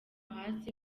hasi